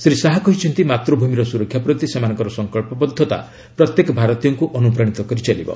ଶ୍ରୀ ଶାହା କହିଛନ୍ତି ମାତୃଭ୍ ମିର ସ୍ତରକ୍ଷା ପ୍ତି ସେମାନଙ୍କର ସଫକ୍ସବଦ୍ଧତା ପ୍ରତ୍ୟେକ ଭାରତୀୟଙ୍କ ଅନୁପ୍ରାଣୀତ କରି ଚାଲିବ